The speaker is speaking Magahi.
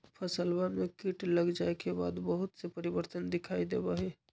फसलवन में कीट लग जाये के बाद बहुत से परिवर्तन दिखाई देवा हई